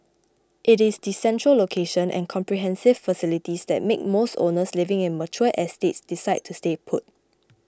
it is the central location and comprehensive facilities that make most owners living in mature estates decide to stay put